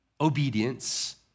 obedience